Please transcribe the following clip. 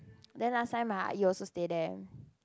then last time my Ah-Yi also stay there